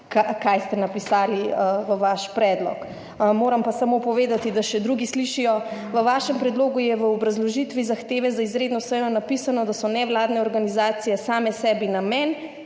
kaj ste napisali v vaš predlog. Moram pa samo povedati, da še drugi slišijo, v vašem predlogu je v obrazložitvi zahteve za izredno sejo napisano, da so nevladne organizacije same sebi namen